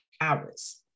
hours